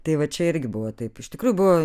tai va čia irgi buvo taip iš tikrųjų buvo